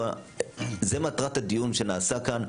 זה מטרת הדיון שנעשה כאן,